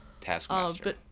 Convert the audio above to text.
Taskmaster